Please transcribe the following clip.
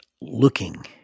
looking